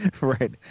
Right